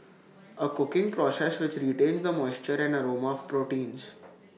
A cooking process which retains the moisture and aroma of proteins